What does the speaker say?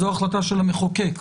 זה החלטה של המחוקק.